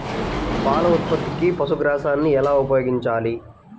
పాల ఉత్పత్తికి పశుగ్రాసాన్ని ఎలా ఉపయోగించాలి?